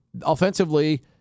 offensively